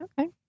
Okay